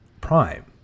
prime